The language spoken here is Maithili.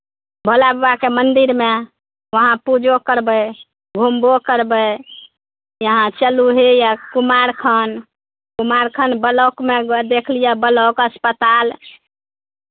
भोला बाबाके मन्दिरमे वहाँ पूजो करबै घुमबो करबै यहाँ चलू हैया कुमारखण्ड कुमारखण्ड ब्लॉकमे देख लिअ बलोक अस्पताल